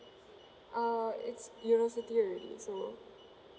uh it's university already so